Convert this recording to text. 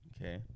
okay